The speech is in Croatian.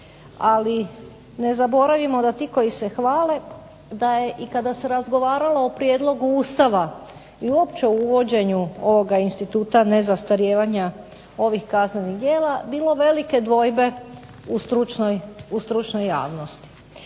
ali ne zaboravimo da ti koji se hvale da je i kada se razgovaralo o prijedlogu Ustava i uopće o uvođenju ovoga instituta nezastarijevanja ovih kaznenih djela bilo velike dvojbe u stručnoj javnosti.